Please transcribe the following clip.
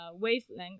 wavelength